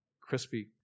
crispy